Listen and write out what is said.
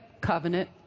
covenant